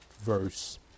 verse